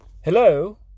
Hello